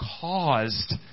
caused